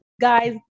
guys